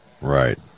Right